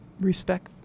respect